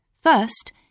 First